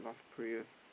prayers